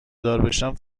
داربشم